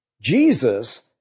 Jesus